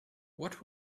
what